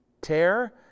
tear